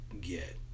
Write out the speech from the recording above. get